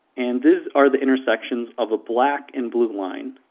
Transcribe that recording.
and these are the intersections of a black and blue line,